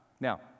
Now